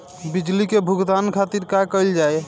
बिजली के भुगतान खातिर का कइल जाइ?